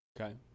Okay